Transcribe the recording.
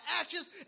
actions